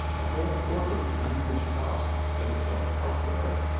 a whole quarter of the unfinished house set itself apart for her.